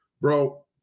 Bro